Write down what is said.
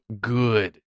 good